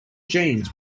jeans